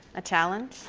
a challenge?